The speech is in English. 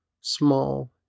small